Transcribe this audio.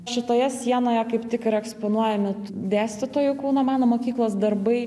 šitoje sienoje kaip tik ir eksponuojami dėstytojų kauno meno mokyklos darbai